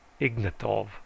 Ignatov